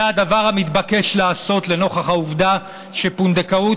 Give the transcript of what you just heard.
זה הדבר המתבקש לעשות לנוכח העובדה שפונדקאות